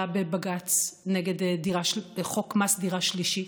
בבג"ץ נגד חוק מס על דירה שלישית.